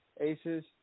Aces